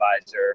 advisor